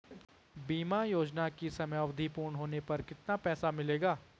बीमा योजना की समयावधि पूर्ण होने पर कितना पैसा मिलेगा?